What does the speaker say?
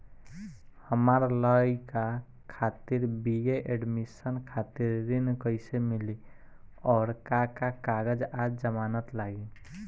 हमार लइका खातिर बी.ए एडमिशन खातिर ऋण कइसे मिली और का का कागज आ जमानत लागी?